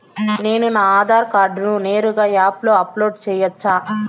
నేను నా ఆధార్ కార్డును నేరుగా యాప్ లో అప్లోడ్ సేయొచ్చా?